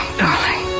darling